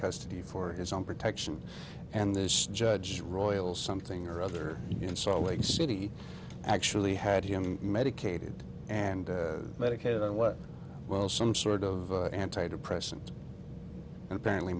custody for his own protection and this judge royal something or other in salt lake city actually had him medicated and medicated what well some sort of anti depressant and apparently